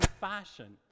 fashion